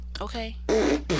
okay